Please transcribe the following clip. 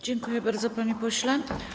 Dziękuję bardzo, panie pośle.